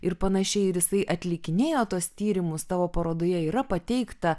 ir panašiai ir jisai atlikinėjo tuos tyrimus tavo parodoje yra pateikta